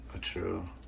True